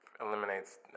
eliminates